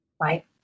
Right